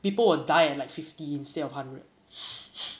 people will die at like fifty instead of hundred